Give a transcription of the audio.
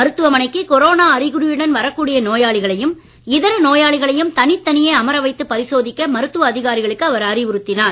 மருத்துவமனைக்கு கொரோனா அறிகுறியுடன் வரக்கூடிய நோயாளிகளையும் இதர நோயாளிகளையும் தனித்தனியே அமர வைத்துப் பரிசோதிக்க மருத்துவ அதிகாரிகளுக்கு அவர் அறிவுறுத்தினார்